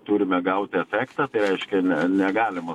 turime gauti efektą tai reiškia ne negalima